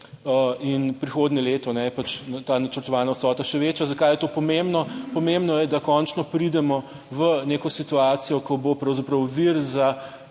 in prihodnje leto je pač ta načrtovana vsota še večja. Zakaj je to pomembno? Pomembno je, da končno pridemo v neko situacijo, ko bo pravzaprav vir za